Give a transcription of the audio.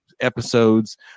episodes